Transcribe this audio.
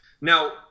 Now